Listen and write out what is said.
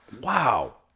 Wow